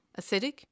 acidic